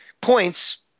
points